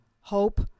hope